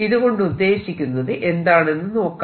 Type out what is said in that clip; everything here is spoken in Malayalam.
ഇത് കൊണ്ട് ഉദ്ദേശിക്കുന്നത് എന്താണെന്ന് നോക്കാം